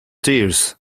tears